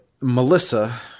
Melissa